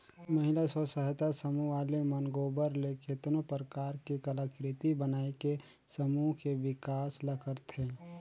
महिला स्व सहायता समूह वाले मन गोबर ले केतनो परकार के कलाकृति बनायके समूह के बिकास ल करथे